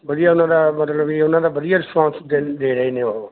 ਵਧੀਆ ਉਹਨਾਂ ਦਾ ਮਤਲਬ ਵੀ ਉਹਨਾਂ ਦਾ ਵਧੀਆ ਰਿਸਪੋਂਸ ਦੇ ਦੇ ਰਹੇ ਨੇ ਉਹ